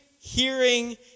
hearing